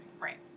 Right